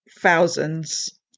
Thousands